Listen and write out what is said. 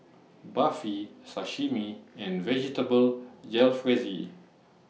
Barfi Sashimi and Vegetable Jalfrezi